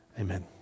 Amen